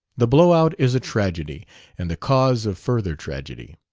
the blow-out is a tragedy and the cause of further tragedy.